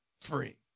free